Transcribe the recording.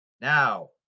Now